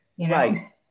Right